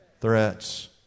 threats